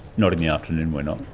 not in the afternoon we're not.